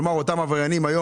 כלומר אותם עבריינים נהפכו